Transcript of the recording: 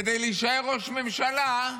כדי להישאר ראש ממשלה,